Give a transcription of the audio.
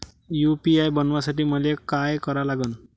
UPI बनवासाठी मले काय करा लागन?